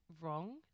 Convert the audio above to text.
wrong